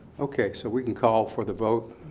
okay, so we can call for the vote.